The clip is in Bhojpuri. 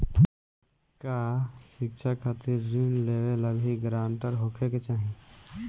का शिक्षा खातिर ऋण लेवेला भी ग्रानटर होखे के चाही?